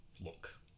Look